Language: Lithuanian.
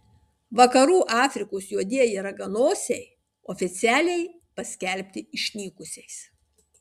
vakarų afrikos juodieji raganosiai oficialiai paskelbti išnykusiais